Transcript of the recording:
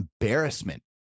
embarrassment